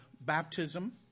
baptism